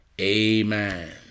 amen